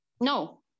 no